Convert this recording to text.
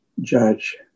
judge